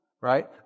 Right